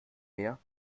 mehr